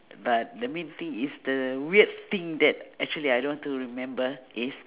but the main thing is the weird thing that actually I don't want to remember is